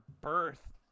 birth